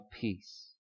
peace